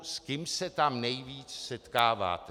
S kým se tam nejvíc setkáváte?